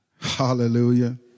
Hallelujah